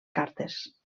cartes